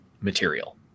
material